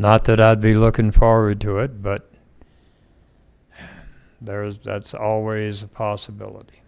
not that i'd be looking forward to it but there is that's always a possibility